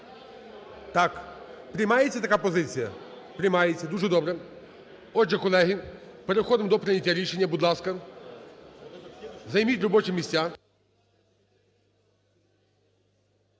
Так, приймається така позиція? Приймається, дуже добре. Отже, колеги, переходимо до прийняття рішення, будь ласка, займіть робочі місця.